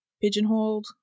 pigeonholed